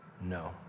No